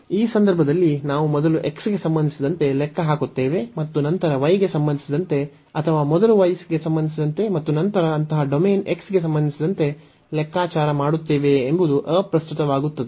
ಈ ಸಂದರ್ಭದಲ್ಲಿ ನಾವು ಮೊದಲು x ಗೆ ಸಂಬಂಧಿಸಿದಂತೆ ಲೆಕ್ಕ ಹಾಕುತ್ತೇವೆ ಮತ್ತು ನಂತರ y ಗೆ ಸಂಬಂಧಿಸಿದಂತೆ ಅಥವಾ ಮೊದಲು y ಗೆ ಸಂಬಂಧಿಸಿದಂತೆ ಮತ್ತು ನಂತರ ಅಂತಹ ಡೊಮೇನ್ಗೆ x ಗೆ ಸಂಬಂಧಿಸಿದಂತೆ ಲೆಕ್ಕಾಚಾರ ಮಾಡುತ್ತೇವೆಯೇ ಎಂಬುದು ಅಪ್ರಸ್ತುತವಾಗುತ್ತದೆ